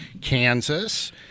Kansas